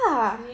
training